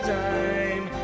time